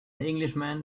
englishman